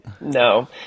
No